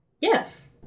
Yes